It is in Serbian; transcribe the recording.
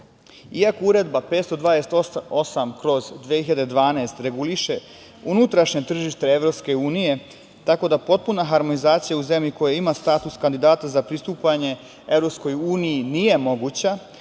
Iako Uredba 528/2012 reguliše unutrašnje tržište EU tako da potpuna harmonizacija u zemlji koja ima status kandidata za pristupanje EU nije moguća,